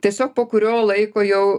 tiesiog po kurio laiko jau